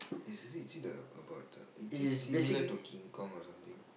is it is it uh about the is it similar to King-Kong or something